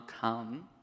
come